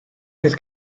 oedd